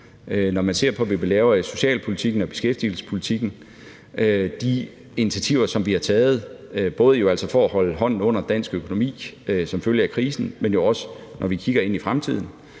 Når man ser på, hvad vi laver i socialpolitikken og beskæftigelsespolitikken, og de initiativer, som vi har taget, både for at holde hånden under dansk økonomi som følge af krisen, men jo også når vi kigger ind i fremtiden,